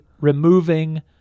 removing